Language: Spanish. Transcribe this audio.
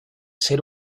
ser